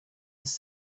was